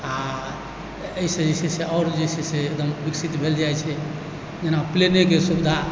आओर एहिसँ जे छै से आओर जे छै से एकदम विकसित भेल जाइ छै जेना प्लेनेके सुविधा